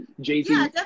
jay-z